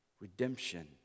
Redemption